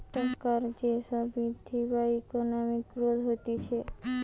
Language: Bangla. টাকার যে সব বৃদ্ধি বা ইকোনমিক গ্রোথ হতিছে